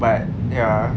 but ya